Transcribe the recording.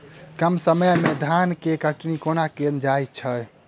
कम समय मे धान केँ कटनी कोना कैल जाय छै?